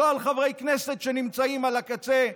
לא על חברי כנסת שנמצאים על הקצה,